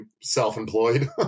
self-employed